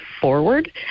forward